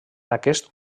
aquest